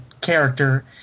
character